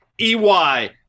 EY